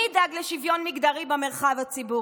מי ידאג לשוויון מגדרי במרחב הציבורי?